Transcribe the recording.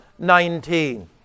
19